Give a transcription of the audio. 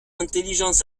intelligences